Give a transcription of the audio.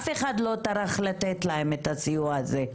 אף אחד לא טרח לתת להן את הסיוע הזה.